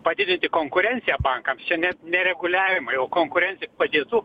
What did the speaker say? padidinti konkurenciją bankams čia net ne nereguliavimai o konkurencija padėtų